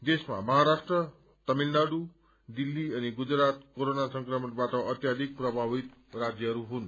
देशमा महाराष्ट्र तमिलनाडु दिल्ली अनि गुजरात कोरोना संक्रमणबाट अत्याथिक प्रभावित राज्यहरू हुन्